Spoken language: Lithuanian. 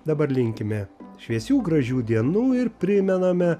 dabar linkime šviesių gražių dienų ir primename